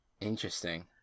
interesting